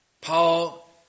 Paul